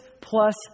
plus